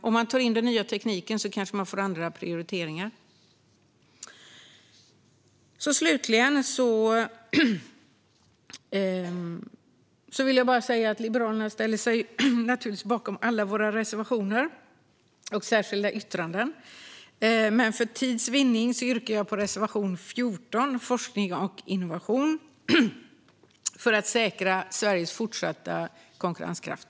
Om man tar in den nya tekniken kanske man får andra prioriteringar. Slutligen vill jag säga att vi i Liberalerna naturligtvis står bakom alla våra reservationer och särskilda yttranden, men för tids vinnande yrkar jag bifall endast till reservation 14 om forskning och innovation för att säkra Sveriges fortsatta konkurrenskraft.